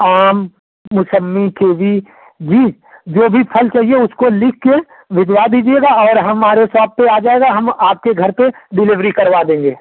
आम मोसंबी कीवी जी जो भी फल चाहिए उसको लिख कर भिजवा दीजिएगा और हमारे शॉप पर आ जाएगा हम आप के घर पर डिलीवरी करवा देंगे